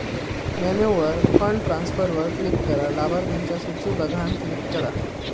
मेन्यूवर फंड ट्रांसफरवर क्लिक करा, लाभार्थिंच्या सुची बघान क्लिक करा